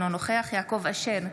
אינו נוכח יעקב אשר,